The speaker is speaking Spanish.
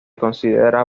considera